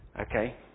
Okay